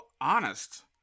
honest